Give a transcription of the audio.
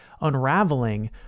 unraveling